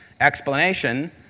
explanation